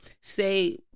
say